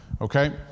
okay